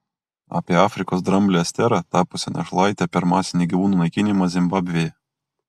apie afrikos dramblę esterą tapusią našlaite per masinį gyvūnų naikinimą zimbabvėje